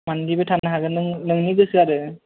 मानलिबो थानो हागोन नों नोंनि गोसो आरो